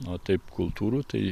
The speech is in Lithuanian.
o taip kultūrų tai